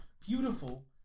beautiful